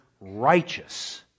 righteous